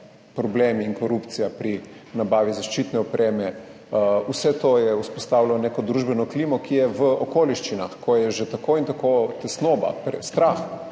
problemi in korupcija pri nabavi zaščitne opreme, vse to je vzpostavilo neko družbeno klimo, ki je v okoliščinah, ko je že tako in tako tesnoba, strah